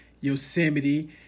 Yosemite